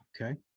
Okay